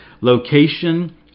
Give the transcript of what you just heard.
location